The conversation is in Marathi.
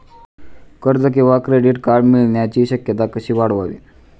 कर्ज किंवा क्रेडिट कार्ड मिळण्याची शक्यता कशी वाढवावी?